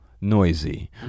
noisy